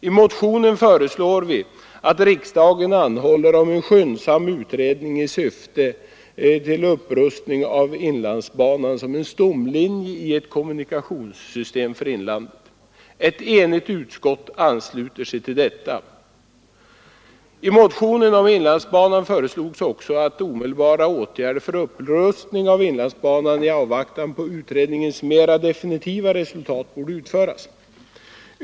I motionen föreslår vi att riksdagen anhåller om skyndsam utredning rörande upprustning av inlandsbanan som en stamlinje i ett kommunikationssystem för inlandet. Ett enigt utskott ansluter sig till detta förslag. I motionen om inlandsbanan föreslogs också att omedelbara åtgärder för upprustning av inlandsbanan i avvaktan på utredningens mera definitiva resultat skulle vidtas.